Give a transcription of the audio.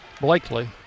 Blakely